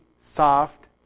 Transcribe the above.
soft